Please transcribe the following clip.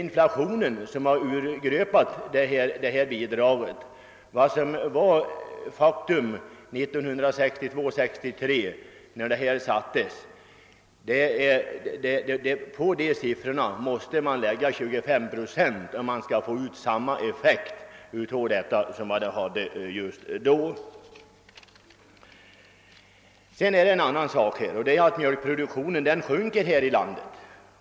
Inflationen har ju urgröpt detta värde och om man nu skall få ut samma effekt av bidraget som när det fastställdes för 1962/63, måste beloppet ökas med 25 procent. Vidare vill jag framhålla en annan ganska viktig sak, nämligen att mjölkproduktionen sjunker här i landet.